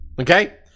Okay